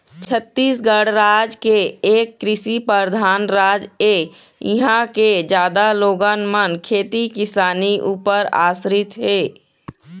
छत्तीसगढ़ राज एक कृषि परधान राज ऐ, इहाँ के जादा लोगन मन खेती किसानी ऊपर आसरित हे